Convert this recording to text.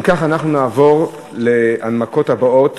אם כך, אנחנו נעבור להנמקות הבאות